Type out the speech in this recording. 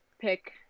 pick